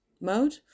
mode